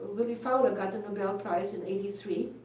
willy fowler, got the nobel prize in eighty three,